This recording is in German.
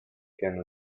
gerne